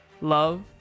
love